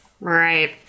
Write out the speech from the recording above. Right